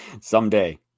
Someday